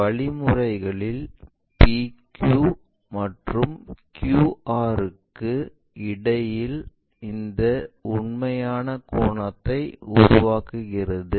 இந்த வழிமுறைகளில் PQ மற்றும் QR க்கு இடையில் இந்த உண்மையான கோணத்தை உருவாக்குகிறோம்